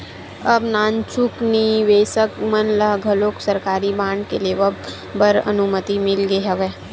अब नानचुक निवेसक मन ल घलोक सरकारी बांड के लेवब बर अनुमति मिल गे हवय